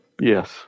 Yes